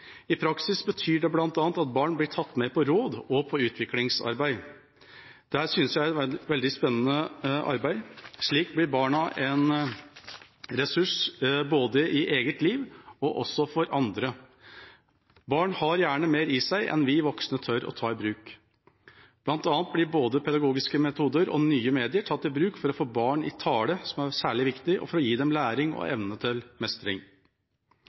I praksis betyr det bl.a. at barn blir tatt med på råd og på utviklingsarbeid. Dette synes jeg er et veldig spennende arbeid. Slik blir barna en ressurs både i eget liv og for andre. Barn har gjerne mer i seg enn vi voksne tør å ta i bruk. Blant annet blir både pedagogiske metoder og nye medier tatt i bruk for å få barn i tale, som er særlig viktig, og for å gi dem evne til mestring.